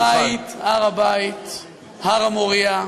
הר-הבית, הר המוריה,